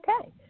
okay